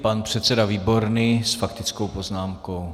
Pan předseda Výborný s faktickou poznámkou.